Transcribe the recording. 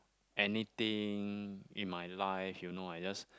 anything in my life you know I just